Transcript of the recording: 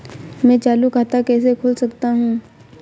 मैं चालू खाता कैसे खोल सकता हूँ?